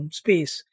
space